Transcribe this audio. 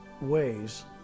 ways